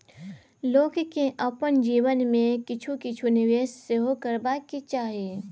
लोककेँ अपन जीवन मे किछु किछु निवेश सेहो करबाक चाही